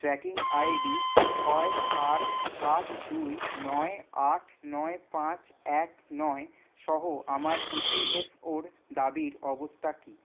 tracking I D ছয় চার সাত দুই নয় আট নয় পাঁচ এক নয় সহ আমার ই পি এফ ওর দাবির অবস্থা কী